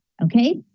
okay